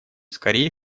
скорее